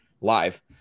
live